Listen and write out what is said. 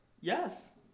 Yes